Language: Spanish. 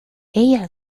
ella